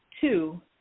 two